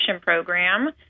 program